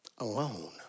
alone